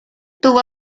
tuvo